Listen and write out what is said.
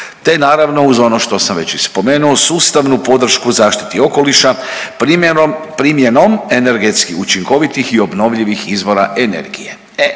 te naravno uz ono što sam već i spomenuo sustavnu podršku zaštiti okoliša primjenom energetski učinkovitih i obnovljivih izvora energije.